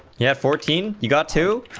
yes fourteen you got too,